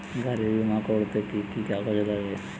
গাড়ীর বিমা করতে কি কি কাগজ লাগে?